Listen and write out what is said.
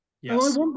yes